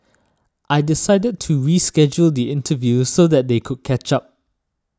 I decided to reschedule the interview so that they could catch up